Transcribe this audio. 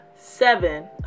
seven